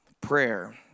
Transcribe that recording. prayer